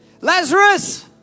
Lazarus